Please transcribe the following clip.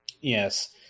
yes